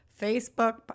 Facebook